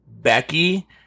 Becky